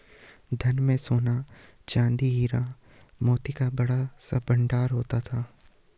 धन में सोना, चांदी, हीरा, मोती का बड़ा सा भंडार होता था